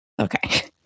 okay